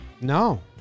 No